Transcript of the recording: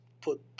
put